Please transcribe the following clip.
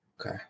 okay